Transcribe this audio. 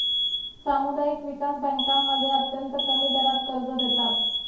सामुदायिक विकास बँकांमध्ये अत्यंत कमी दरात कर्ज देतात